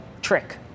trick